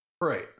Right